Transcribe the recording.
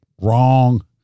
wrong